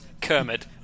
Kermit